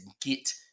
get